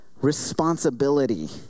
responsibility